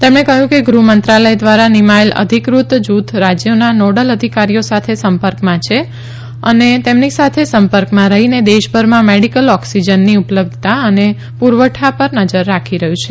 તેમણે કહ્યું કે ગૃહ્મંત્રાલય દ્વારા નિમાયેલ અધિકૃત જૂથ રાજ્યોના નોડલ અધિકારીઓ સાથે સંપર્કમાં રહીને દેશભરમાં મેડીકલ ઓક્સીજનની ઉપલબ્ધતા અને પૂરવઠા પર નજર રાખી રહ્યું છે